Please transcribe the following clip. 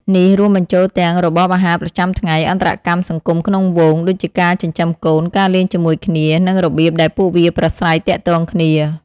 នេះរួមបញ្ចូលទាំង របបអាហារប្រចាំថ្ងៃ អន្តរកម្មសង្គមក្នុងហ្វូង ដូចជាការចិញ្ចឹមកូន ការលេងជាមួយគ្នា និងរបៀបដែលពួកវាប្រាស្រ័យទាក់ទងគ្នា។